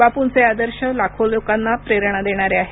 बापूंचे आदर्श लाखो लोकांना प्रेरणा देणारे आहेत